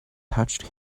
touched